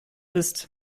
ist